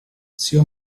zio